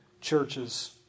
churches